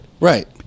Right